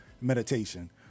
meditation